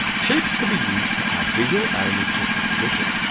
shapes can be used to add visual elements to your composition,